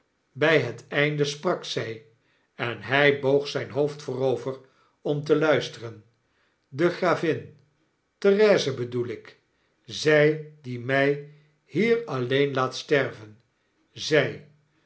by het einde sprak zy en hij boog zyn hoofd voorover om te luisteren de gravin therese bedoel ik zij die my hier alleen laat sterven zy